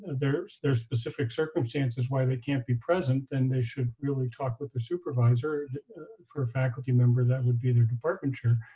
their their specific circumstances why they can't be present, then they should really talk with their supervisor for a faculty member, that would be their department chair,